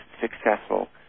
successful